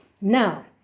Now